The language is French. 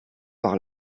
par